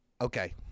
okay